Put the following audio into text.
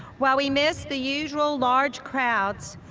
while we miss the usual large crowds,